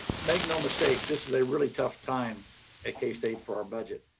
make no mistake, this is a really tough time at k-state for our budget.